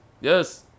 Yes